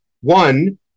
One